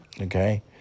okay